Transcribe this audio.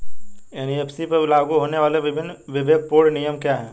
NBFC पर लागू होने वाले विभिन्न विवेकपूर्ण नियम क्या हैं?